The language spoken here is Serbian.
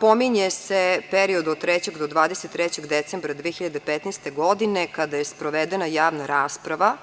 Pominje se period od 3. do 23. decembra 2015. godine, kada je sprovedena javna rasprava,